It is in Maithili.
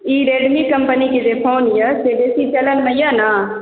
ई रेडमी कम्पनीके जे फ़ोन यऽ से बेसी चलनमे यऽ ने